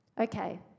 Okay